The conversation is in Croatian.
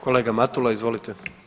Kolega Matula, izvolite.